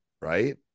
right